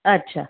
અચ્છા